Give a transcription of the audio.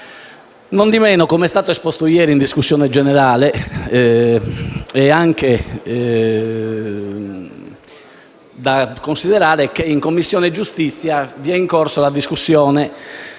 Nondimeno, come è stato esposto ieri in discussione generale, è anche da considerare che in Commissione giustizia è in corso la discussione